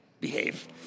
behave